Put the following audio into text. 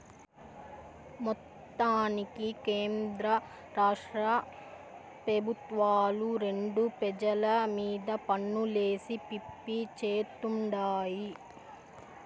మొత్తానికి కేంద్రరాష్ట్ర పెబుత్వాలు రెండు పెజల మీద పన్నులేసి పిప్పి చేత్తుండాయి